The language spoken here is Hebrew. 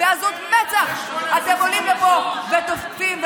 בעזות מצח אתם עולים לפה ותוקפים,